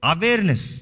Awareness